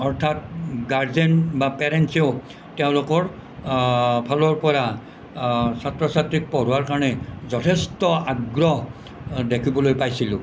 অৰ্থাৎ গাৰ্জেন বা পেৰেঞ্চেও তেওঁলোকৰ ফালৰ পৰা ছাত্ৰ ছাত্ৰীক পঢ়ুৱাৰ কাৰণে যথেষ্ট আগ্ৰহ দেখিবলৈ পাইছিলোঁ